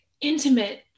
intimate